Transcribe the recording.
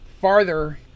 farther